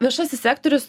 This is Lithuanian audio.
viešasis sektorius